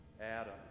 Adam